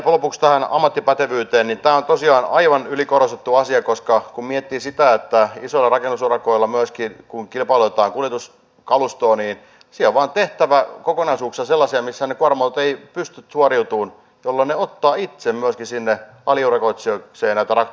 tämä on tosiaan aivan ylikorostettu asia koska kun miettii sitä että kun isoilla rakennusurakoilla myöskin kilpailutetaan kuljetuskalustoa niin siellä on vain tehtävä kokonaisuuksia sellaisia missä ne kuorma autot eivät pysty suoriutumaan jolloin ne ottavat itse myöskin sinne aliurakoitsijoikseen näitä traktoriyrittäjiä